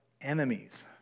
enemies